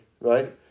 right